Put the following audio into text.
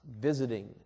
Visiting